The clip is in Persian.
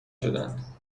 شدند